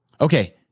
Okay